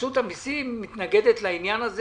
רשות המיסים מתנגדת לנוהל,